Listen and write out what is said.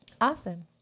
Awesome